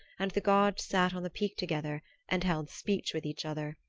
and the gods sat on the peak together and held speech with each other,